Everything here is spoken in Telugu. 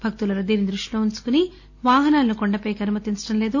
భక్తుల రద్దీని దృష్టిలో వుంచుకుని భక్తుల వాహనాలను కొండపైకి అనుమతించడం లేదు